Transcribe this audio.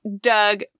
Doug